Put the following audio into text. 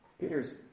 Peter's